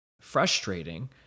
frustrating